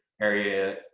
area